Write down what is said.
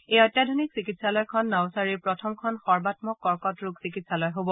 এই অত্যাধুনিক চিকিৎসালয়খন নৱছাৰীৰ প্ৰথমখন সৰ্বাম্মক কৰ্কট ৰোগ চিকিৎসালয় হব